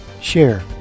Share